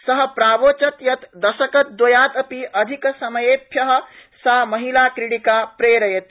स प्रावोचत् यत् दशकद्वयादपि अधिक समयेभ्यः सा महिला क्रीडिका प्रेरयति